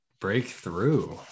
breakthrough